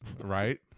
Right